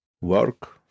Work